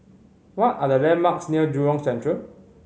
what are the landmarks near Jurong Central